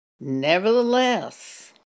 Nevertheless